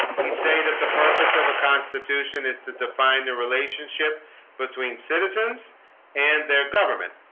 we say that the purpose of a constitution is to define the relationship between citizens and their government.